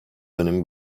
dönemi